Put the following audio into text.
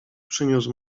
przyniósł